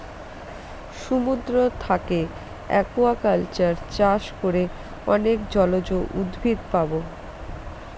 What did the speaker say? সমুদ্র থাকে একুয়াকালচার চাষ করে অনেক জলজ উদ্ভিদ পাবো